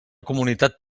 comunitat